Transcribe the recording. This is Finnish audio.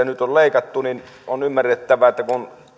nyt on ihan ymmärrettävää kun